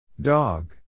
dog